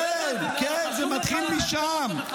כן, כן, זה מתחיל משם.